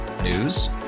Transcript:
News